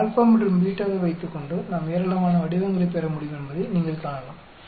இந்த α மற்றும் β வைக்கொண்டு நாம் ஏராளமான வடிவங்களைப் பெற முடியும் என்பதை நீங்கள் காணலாம்